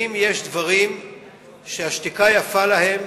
אם יש דברים שהשתיקה יפה להם,